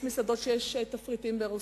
יש מסעדות שיש בהן תפריטים ברוסית,